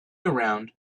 around